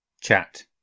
chat